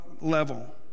level